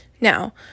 now